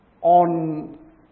on